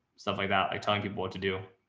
stuff like that. like telling people what to do,